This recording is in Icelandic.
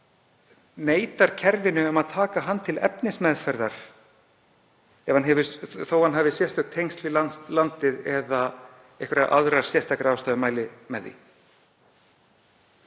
neitar kerfinu um að taka hann til efnismeðferðar þó að hann hafi sérstök tengsl við landið eða einhverjar aðrar sérstakar ástæður mæli með því.